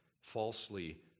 falsely